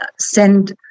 send